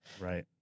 Right